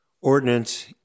ordinance